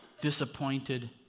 disappointed